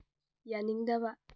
ꯌꯥꯅꯤꯡꯗꯕ